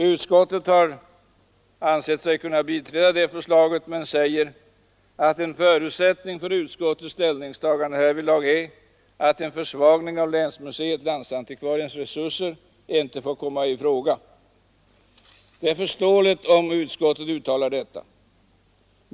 Utskottet har ansett sig kunna biträda det förslaget men säger: ”En förutsättning för utskottets ställningstagande härvidlag är att en försvagning av länsmuseets/landsantikvariens resurser inte får komma i fråga.” Det är förståeligt att utskottet uttalar detta.